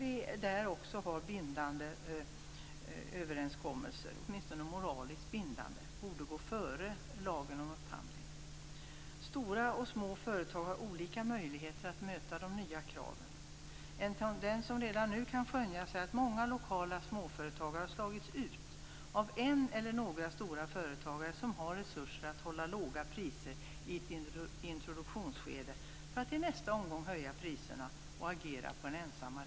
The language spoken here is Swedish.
Även där har vi bindande överenskommelser, åtminstone moraliskt bindande. Det borde gå före lagen om upphandling. Stora och små företag har olika möjligheter att möta de nya kraven. Det som redan nu kan skönjas är att många lokala småföretagare har slagits ut av en eller några stora företagare som har resurser att hålla låga priser i ett introduktionsskede för att i nästa omgång höja priserna och ensam agera på en arena.